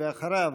אחריו,